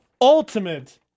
ultimate